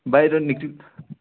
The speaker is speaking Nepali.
बाहिर नि